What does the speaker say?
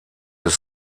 des